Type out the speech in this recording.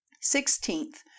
Sixteenth